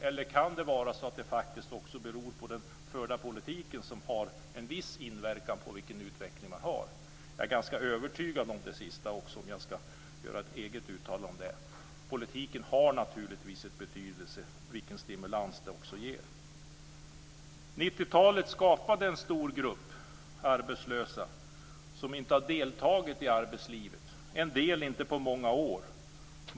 Eller kan det faktiskt bero på att den förda politiken har en viss inverkan på vilken utveckling man har? Jag är ganska övertygad om det sista, om jag ska göra ett eget uttalande om det. Politiken har naturligtvis en betydelse och ger också en stimulans. 90-talet skapade en stor grupp arbetslösa som inte har deltagit i arbetslivet. En del har inte deltagit på många år.